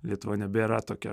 lietuva nebėra tokia